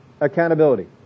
accountability